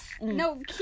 No